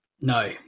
No